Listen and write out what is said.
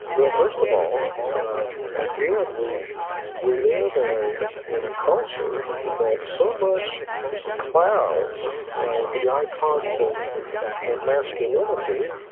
you know first of all again we we live in a in a culture that so much clouds the icons of of masculinity,